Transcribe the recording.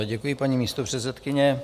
Děkuji, paní místopředsedkyně.